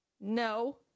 No